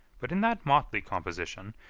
but in that motley composition,